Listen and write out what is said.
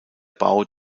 bau